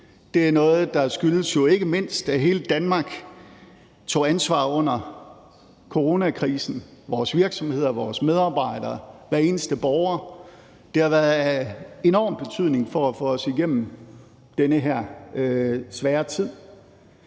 det er noget, der ikke mindst skyldes, at hele Danmark tog ansvar under coronakrisen. Det gjorde vores virksomheder, vores medarbejdere – hver eneste borger. Det har været af enorm betydning for at få os igennem den her svære tid.